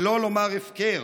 שלא לומר הפקר.